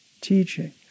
teaching